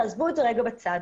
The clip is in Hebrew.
תעזבו את זה רגע בצד.